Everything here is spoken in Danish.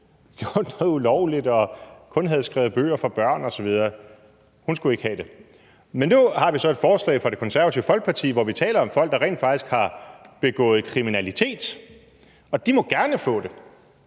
gjort noget ulovligt og kun havde skrevet bøger for børn osv., ikke skulle have indfødsret. Men nu har vi så et forslag fra Det Konservative Folkeparti, hvor vi taler om folk, der rent faktisk har begået kriminalitet, og de må gerne få det.